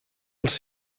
els